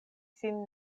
sin